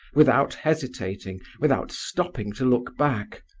without hesitating, without stopping to look back.